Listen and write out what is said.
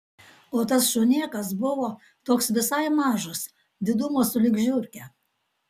o tas šunėkas buvo toks visai mažas didumo sulig žiurke